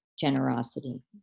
Generosity